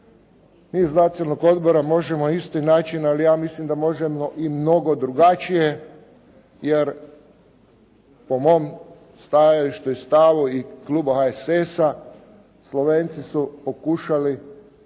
Mi iz Nacionalnog odbora možemo na isti način, ali ja mislim da možemo i mnogo drugačije, jer po mom stajalištu i stavu kluba HSS-a Slovenci su pokušali u vrijeme